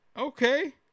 Okay